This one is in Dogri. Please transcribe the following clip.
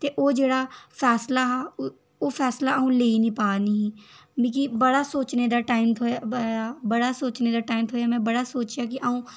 ते ओह् जेह्ड़ा फैसला हा ओह् फैसला अ'ऊं लेई नेईं पा नीं ही बड़ा सोचने दा टाइम थ्होआ बड़ा सोचने दा टाइम थ्होआ में बड़ा सोचेआ के अ'ऊं